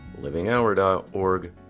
livinghour.org